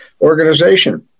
organization